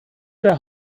der